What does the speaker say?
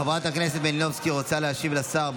חבר הכנסת מלינובסקי רוצה להשיב לשר.